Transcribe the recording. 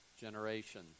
generation